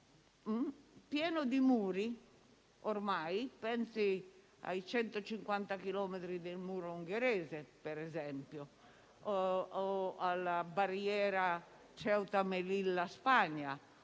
pieno di muri: si pensi ai 150 chilometri del muro ungherese, per esempio, o alla barriera di Ceuta e Melilla in Spagna